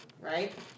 right